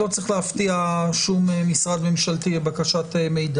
בקשת המידע לא צריכה להפתיע משרד ממשלתי כלשהו.